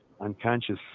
unconscious